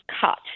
cut